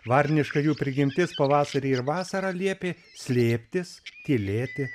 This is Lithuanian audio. varniškai jų prigimtis pavasarį ir vasarą liepė slėptis tylėti